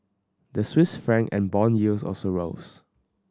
the Swiss franc and bond yields also rose